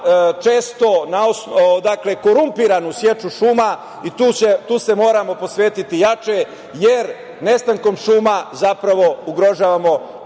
često korumpiranu seču šuma. Tu se moramo posvetiti jače, jer nestankom šuma zapravo ugrožavamo